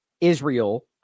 Israel